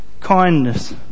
kindness